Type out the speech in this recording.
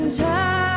time